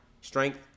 strength